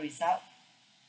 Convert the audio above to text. result